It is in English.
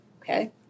okay